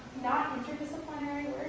not interdisciplinary